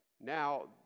Now